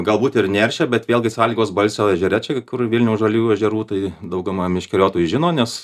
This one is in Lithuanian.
galbūt ir neršia bet vėlgi sąlygos balsio ežere čia kur vilniaus žaliųjų ežerų tai dauguma meškeriotojų žino nes